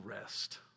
rest